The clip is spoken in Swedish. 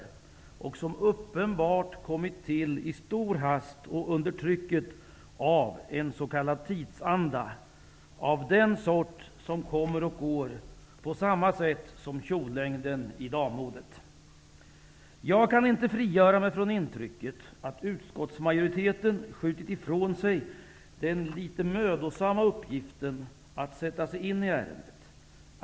Dessa beslut har uppenbarligen kommit till i stor hast och under trycket av en s.k. tidsanda, vilken förändras på samma sätt som kjollängden i dammodet. Jag kan inte frigöra mig från intrycket att utskottsmajoriteten skjutit ifrån sig den mödosamma uppgiften att sätta sig in i ärendet.